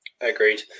agreed